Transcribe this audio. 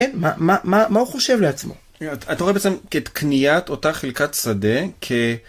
מה הוא חושב לעצמו? אתה רואה בעצם כ... את קניית אותה חלקת שדה, כ...